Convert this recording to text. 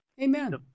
Amen